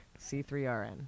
C3RN